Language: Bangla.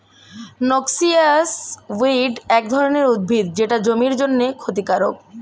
নক্সিয়াস উইড এক ধরনের উদ্ভিদ যেটা জমির জন্যে ক্ষতিকারক